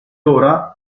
ora